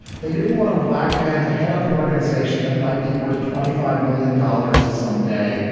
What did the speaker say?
they didn't want a black man to head up an organization that might be worth twenty five million dollars some day,